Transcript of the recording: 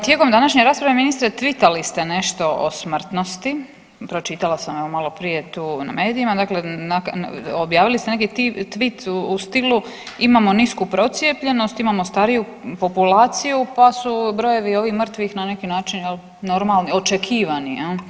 Tijekom današnje rasprave ministri tvitali ste nešto o smrtnosti, pročitala sam evo maloprije tu na medijima, dakle objavili ste neki tvit u stilu imamo nisku procijepljenost, imamo stariju populaciju, pa su brojevi ovih mrtvih na neki način jel normalni, očekivani jel.